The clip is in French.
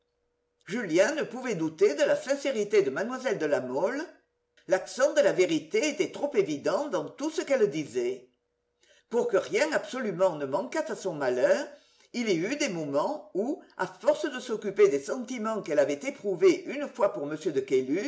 julien ne pouvait douter de la sincérité de mlle de la mole l'accent de la vérité était trop évident dans tout ce qu'elle disait pour que rien absolument ne manquât à son malheur il y eut des moments où à force de s'occuper des sentiments qu'elle avait éprouvés une fois pour